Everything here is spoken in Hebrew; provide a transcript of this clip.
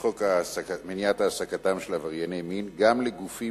בחוק מניעת העסקתם של עברייני מין גם לגופים